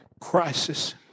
crisis